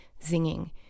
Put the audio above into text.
zinging